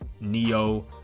Neo